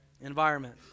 Environment